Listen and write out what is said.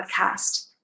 podcast